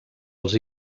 els